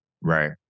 right